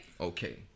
Okay